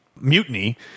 mutiny